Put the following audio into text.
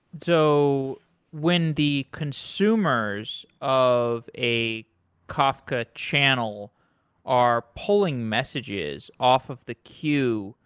so when the consumers of a kafka channel are pulling messages off of the queue,